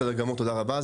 בסדר גמור, תודה רבה.